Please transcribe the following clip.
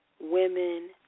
women